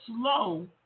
slow